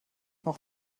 noch